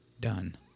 done